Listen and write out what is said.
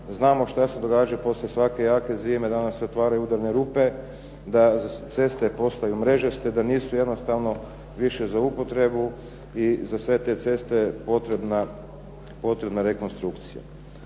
Znamo što se događa poslije svake jake zime, da nam se otvaraju udarne rupe, da ceste postaju mrežaste, da nisu jednostavno više za upotrebu i za sve te ceste je potrebna rekonstrukcija.